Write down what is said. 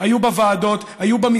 באחת ההצעות הראשונות היו היום דוגמאות.